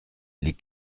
les